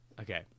Okay